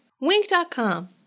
wink.com